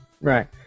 Right